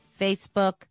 Facebook